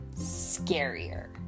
scarier